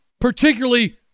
particularly